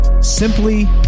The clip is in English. Simply